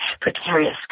precarious